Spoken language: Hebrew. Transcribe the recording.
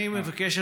אני מבקש,